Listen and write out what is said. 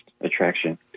attraction